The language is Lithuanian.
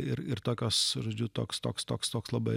ir ir tokios žodžiu toks toks toks toks labai